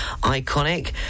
iconic